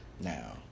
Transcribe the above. now